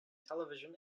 television